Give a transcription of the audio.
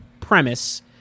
premise